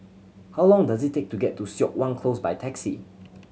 how long does it take to get to Siok Wan Close by taxi